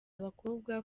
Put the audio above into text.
abakobwa